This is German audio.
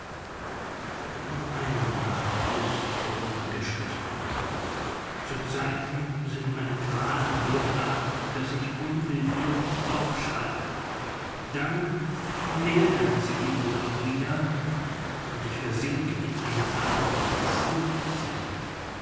noch eine nacht ist vorübergeschlichen zu zeiten sind meine qualen so arg daß ich unwillkürlich aufschreie dann mildern sie sich wohl auch wieder und ich versinke in eine art